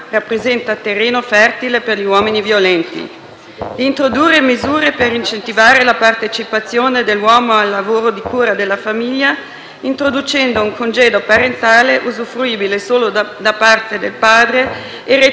introdurre misure per incentivare la partecipazione dell'uomo al lavoro di cura della famiglia, introducendo un congedo parentale usufruibile solo dal padre e retribuito con un'alta percentuale del reddito.